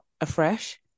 afresh